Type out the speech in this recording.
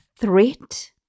threat